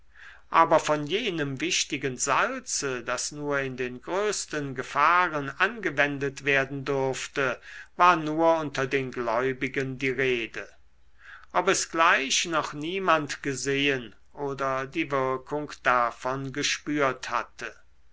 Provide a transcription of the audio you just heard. aber von jenem wichtigen salze das nur in den größten gefahren angewendet werden durfte war nur unter den gläubigen die rede ob es gleich noch niemand gesehen oder die wirkung davon gespürt hatte